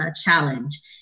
challenge